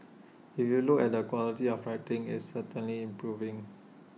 if you look at the quality of writing it's certainly improving